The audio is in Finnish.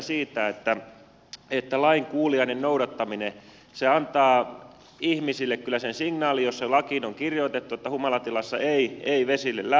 jos lakiin on niin kirjoitettu se antaa ihmisille kyllä sen signaalin että humalatilassa ei vesille lähdetä